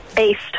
East